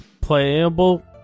playable